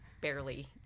barely